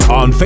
on